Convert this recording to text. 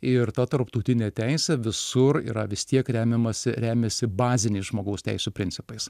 ir ta tarptautinė teisė visur yra vis tiek remiamasi remiasi baziniais žmogaus teisių principais